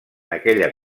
aquella